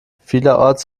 vielerorts